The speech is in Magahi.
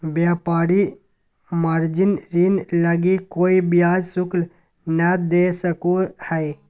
व्यापारी मार्जिन ऋण लगी कोय ब्याज शुल्क नय दे सको हइ